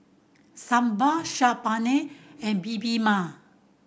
Sambar Saag Paneer and Bibimbap